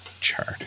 chart